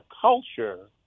culture